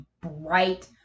bright